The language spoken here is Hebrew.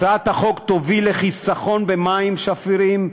הצעת החוק תוביל לחיסכון במים שפירים,